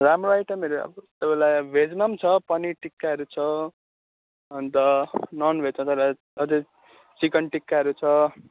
राम्रो आइटमहरू तपाईँलाई भेजमा पनि छ पनिर टिक्काहरू छ अन्त ननभेजमा तर अझै चिकन टिक्काहरू छ